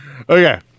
Okay